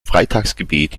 freitagsgebet